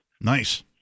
Nice